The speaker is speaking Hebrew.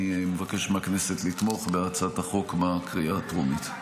אני מבקש מהכנסת לתמוך בהצעת החוק בקריאה הטרומית.